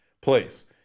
place